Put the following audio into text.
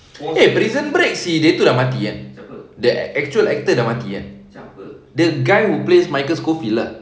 eh prison break si dia tu dah mati kan the actual dah mati kan the guy who plays michael scofield lah